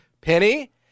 Penny